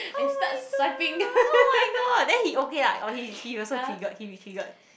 oh-my-god oh-my-god then he okay ah or he he also trigger he's trigger